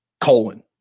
colon